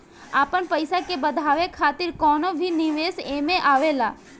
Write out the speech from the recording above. आपन पईसा के बढ़ावे खातिर कवनो भी निवेश एमे आवेला